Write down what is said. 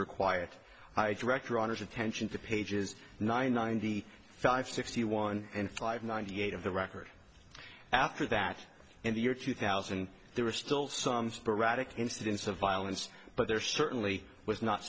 require i direct runners attention to pages nine ninety five sixty one and five ninety eight of the record after that in the year two thousand there were still some sporadic incidents of violence but there certainly was not